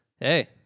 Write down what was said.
Hey